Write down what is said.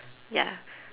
ya